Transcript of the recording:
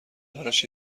براش